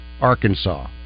Arkansas